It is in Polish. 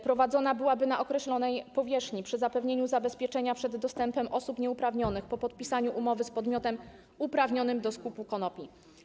Prowadzone byłyby na określonej powierzchni przy zapewnieniu zabezpieczenia przed dostępem osób nieuprawnionych po podpisaniu umowy z podmiotem uprawnionym do skupu konopi.